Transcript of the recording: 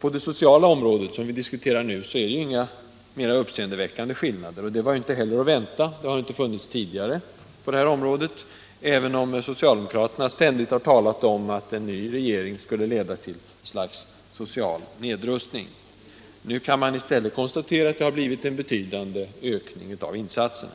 På det sociala området, som vi diskuterar nu, är det inga mera uppseendeväckande skillnader, och det var inte heller att vänta. Det har inte funnits tidigare på detta område, även om socialdemokraterna ständigt har talat om att en ny regering skulle leda till social nedrustning. Nu kan man i stället konstatera att regeringen föreslås en betydande ökning av de sociala insatserna.